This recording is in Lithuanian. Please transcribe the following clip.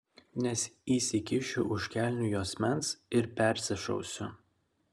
nes įsikišiu už kelnių juosmens ir persišausiu